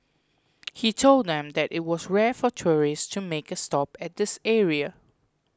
he told them that it was rare for tourists to make a stop at this area